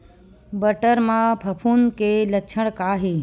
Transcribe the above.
बटर म फफूंद के लक्षण का हे?